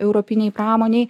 europinėj pramonėj